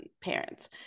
parents